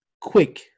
quick